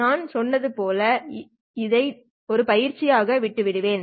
நான் சொன்னது போல் இதை ஒரு பயிற்சியாக விட்டுவிடுவேன்